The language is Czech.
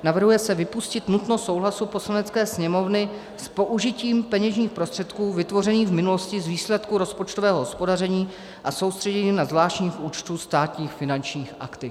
Navrhuje se vypustit nutnost souhlasu Poslanecké sněmovny s použitím peněžních prostředků vytvořených v minulosti z výsledků rozpočtového hospodaření a soustředěných na zvláštním účtu státních finančních aktiv.